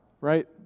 right